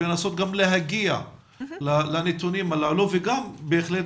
ולנסות גם להגיע לנתונים הללו ובהחלט